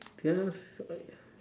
just